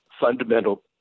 fundamental